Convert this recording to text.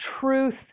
truth